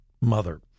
mother